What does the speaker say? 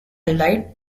light